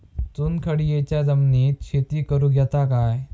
चुनखडीयेच्या जमिनीत शेती करुक येता काय?